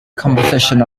composition